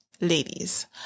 ladies